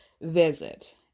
visit